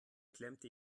klemmte